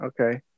okay